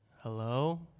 hello